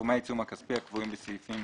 סכומי העיצום הכספי הקבועים בסעיפים